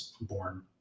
born